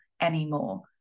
anymore